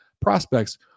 prospects